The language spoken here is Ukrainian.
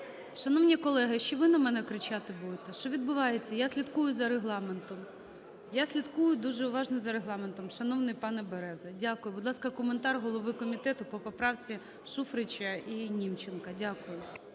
Шановні колеги, ще ви на мене кричати будете? Що відбувається? Я слідкую за Регламентом, я слідкую дуже уважно за Регламентом, шановний пане Береза. Дякую. Будь ласка, коментар голови комітету по поправці Шуфрича і Німченка. Дякую.